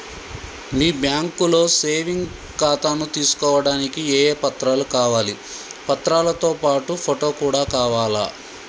మీ బ్యాంకులో సేవింగ్ ఖాతాను తీసుకోవడానికి ఏ ఏ పత్రాలు కావాలి పత్రాలతో పాటు ఫోటో కూడా కావాలా?